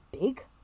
big